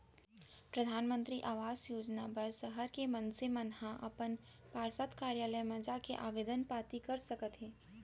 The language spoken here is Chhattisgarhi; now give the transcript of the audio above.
परधानमंतरी आवास योजना बर सहर के मनसे मन ह अपन पार्षद कारयालय म जाके आबेदन पाती कर सकत हे